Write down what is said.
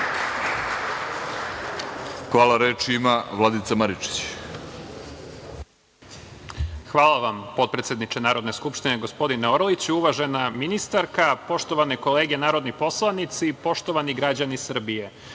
Maričić. **Vladica Maričić** Hvala vam, potpredsedniče Narodne skupštine, gospodine Orliću. Uvažena ministarka, poštovani kolege narodni poslanici i poštovani građani Srbije,